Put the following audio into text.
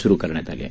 सुरु करण्यात आली आहे